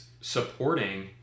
supporting